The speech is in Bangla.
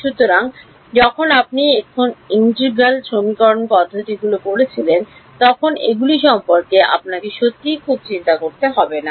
সুতরাং যখন আপনি এখানে ইন্টিগ্রাল সমীকরণ পদ্ধতিগুলি করেছিলেন তখন এগুলি সম্পর্কে আপনাকে সত্যিই খুব চিন্তা করতে হবে না